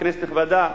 כנסת נכבדה,